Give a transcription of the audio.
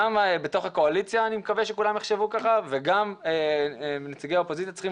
גם בתוך הקואליציה אני מקווה שכולם יחשבו כך וגם נציגי האופוזיציה צריכים